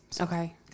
Okay